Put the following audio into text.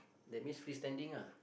that means free standing ah